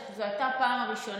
אני חושבת שזאת הייתה הפעם הראשונה